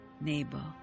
neighbor